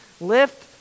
Lift